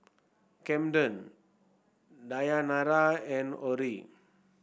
Kamden Dayanara and Orrie